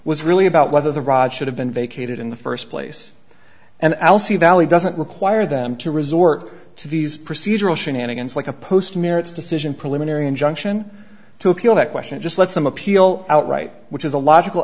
was really about whether the rod should have been vacated in the first place and alcee valley doesn't require them to resort to these procedural shenanigans like a post merits decision preliminary injunction to appeal that question just lets them appeal out right which is a logical